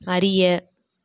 அறிய